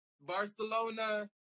Barcelona